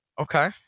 Okay